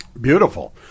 Beautiful